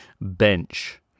bench